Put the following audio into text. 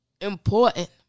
important